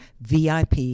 vip